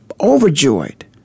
overjoyed